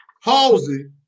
Halsey